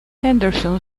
henderson